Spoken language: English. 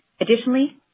Additionally